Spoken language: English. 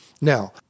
Now